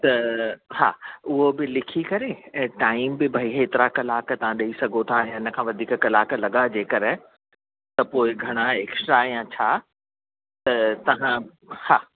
त हा उहो बि लिखी करे ऐं टाइम बि भई हेतिरा कलाक तव्हां ॾेई सघो था हिन खां वधीक कलाक लॻा जेकरे त पोइ घणा एक्स्ट्रा या छा त तव्हां हा